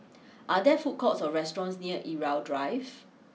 are there food courts or restaurants near Irau Drive